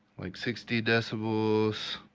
like sixty decibels,